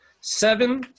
Seven